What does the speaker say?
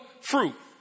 fruit